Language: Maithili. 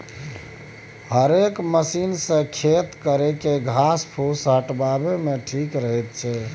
हेरेक मशीन सँ खेत केर घास फुस हटाबे मे ठीक रहै छै